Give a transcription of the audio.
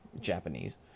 Japanese